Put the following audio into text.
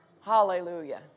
Hallelujah